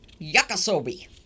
Yakasobi